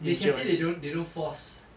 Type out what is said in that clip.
they can say they don't they don't force